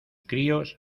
críos